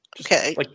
Okay